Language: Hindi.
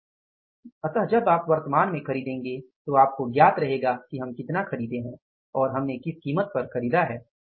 इसलिए जब आप वर्तमान में खरीदेंगे तो आपको ज्ञात रहेगा कि हम कितना ख़रीदे हैं और हमने किस कीमत पर खरीदा है